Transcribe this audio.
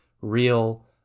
real